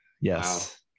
Yes